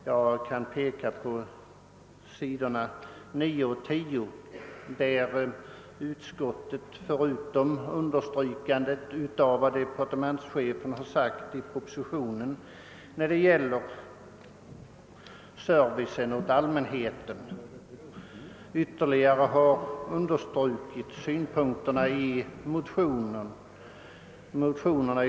Jag kan peka på sidorna 9 och 10 där utskottet, förutom att det understryker vad departementschefen har sagt i propositionen när det gäller servicen åt allmänheten, poängterat de synpunkter vi framfört motionsledes.